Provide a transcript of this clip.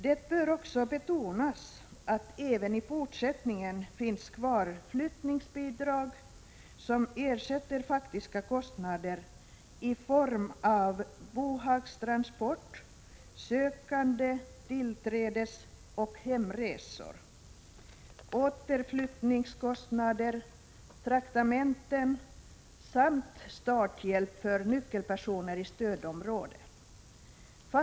Det bör också betonas att det även i fortsättningen finns kvar flyttningsbidrag som ersätter faktiska kostnader för bohagstransport, sökande-, tillträdesoch hemresor, kostnader för återflyttning samt traktamenten och starthjälp för nyckelpersoner i stödom 81 råde.